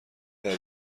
این